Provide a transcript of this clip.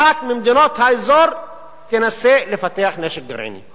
אחת ממדינות האזור תנסה לפתח נשק גרעיני.